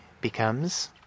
becomes